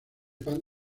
pan